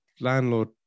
landlord